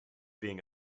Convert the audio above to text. being